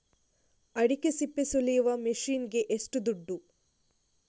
ಅಡಿಕೆ ಸಿಪ್ಪೆ ಸುಲಿಯುವ ಮಷೀನ್ ಗೆ ಏಷ್ಟು ದುಡ್ಡು?